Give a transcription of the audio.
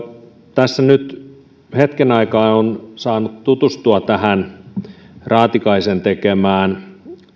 tässä nyt hetken aikaa on saanut tutustua tähän raatikaisen tekemään